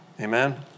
Amen